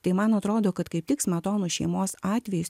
tai man atrodo kad kaip tik smetonų šeimos atvejis